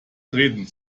treten